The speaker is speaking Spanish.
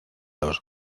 los